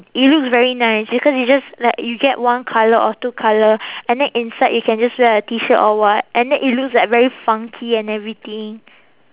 it looks very nice because it's just like you get one colour or two colour and then inside you can just wear a T shirt or what and then it looks like very funky and everything